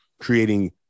creating